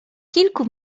kilku